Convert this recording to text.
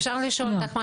אפשר לשאול אותך משהו?